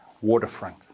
waterfront